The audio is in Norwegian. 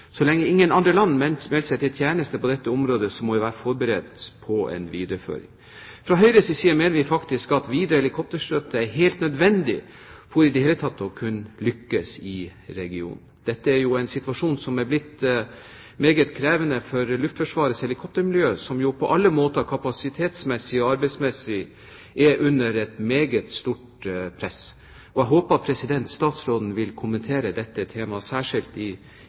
så lenge ingen andre land melder seg til tjeneste på dette området, må vi være forberedt på en videreføring. Fra Høyres side mener vi at videre helikopterstøtte er helt nødvendig for i det hele tatt å kunne lykkes i regionen. Dette er en situasjon som er blitt meget krevende for luftforsvarets helikoptermiljø, som jo på alle måter, kapasitetsmessig og arbeidsmessig, er under et meget stort press. Jeg håper statsråden vil kommentere dette temaet særskilt i